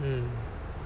mm